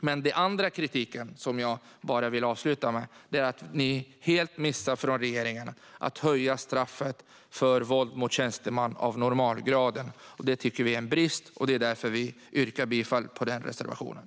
Min andra kritik är att ni från regeringen helt missar att höja straffet för våld mot tjänsteman av normalgraden. Det tycker vi är en brist, och det är därför vi yrkar bifall till reservation 8.